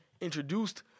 introduced